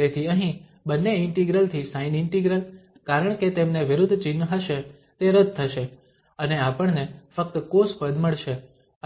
તેથી અહીં બંને ઇન્ટિગ્રલ થી સાઇન ઇન્ટિગ્રલ કારણ કે તેમને વિરુદ્ધ ચિહ્ન હશે તે રદ થશે અને આપણને ફક્ત કોસ પદ મળશે